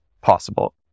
possible